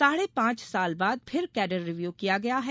साढ़े पांच साल बाद फिर कॉडर रिव्यू किया गया है